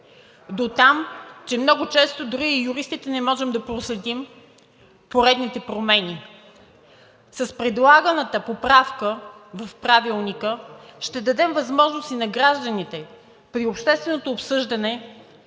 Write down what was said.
дотам, че много често дори юристите не могат да проследят поредните промени. С предлаганата поправка в Правилника ще дадем възможност и на гражданите при общественото обсъждане